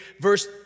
verse